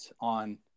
on